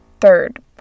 third